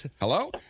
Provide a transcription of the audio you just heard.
Hello